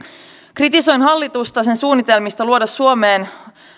kritisoin hallitusta sen suunnitelmista luoda suomeen